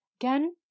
Again